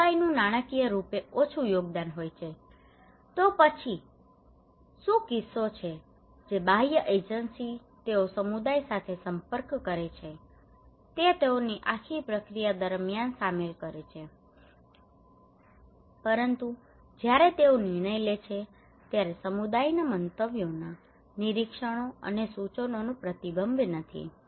સમુદાયનું નાણાકીય રૂપે ઓછું યોગદાન હોય છે તો પછી શું કિસ્સો છે કે જે બાહ્ય એજન્સી તેઓ સમુદાય સાથે સંપર્ક કરે છે તે તેઓને આખી પ્રક્રિયા દરમ્યાન સામેલ કરે છે પરંતુ જ્યારે તેઓ નિર્ણય લે છે ત્યારે સમુદાયના મંતવ્યોનાં નિરીક્ષણો અને સૂચનોનું પ્રતિબિંબ નથી